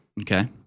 Okay